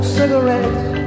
cigarettes